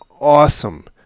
awesome